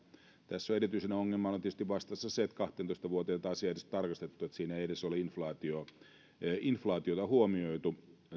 tässä on erityisenä ongelmana tietysti vastassa se että kahteentoista vuoteen tätä asiaa ei ole edes tarkastettu että siinä ei edes ole inflaatiota huomioitu